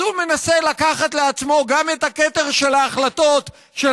אז הוא מנסה לקחת לעצמו את הכתר של ההחלטות של